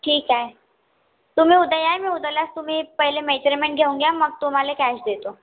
ठीक आहे तुम्ही उद्या या मी उद्यालाच तुम्ही पहिले मेजरमेंट घेऊन घ्या मग तुम्हाला कॅश देतो